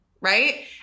right